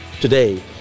today